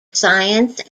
science